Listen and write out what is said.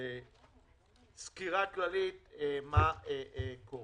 סקירה כללית מה קורה.